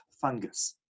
fungus